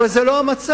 אבל זה לא המצב.